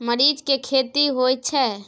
मरीच के खेती होय छय?